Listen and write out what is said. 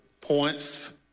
points